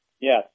Yes